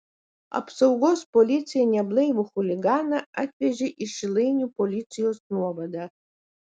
apsaugos policija neblaivų chuliganą atvežė į šilainių policijos nuovadą